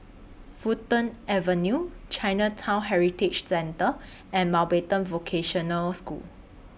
Fulton Avenue Chinatown Heritage Centre and Mountbatten Vocational School